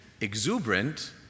exuberant